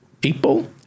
people